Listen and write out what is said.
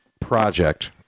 project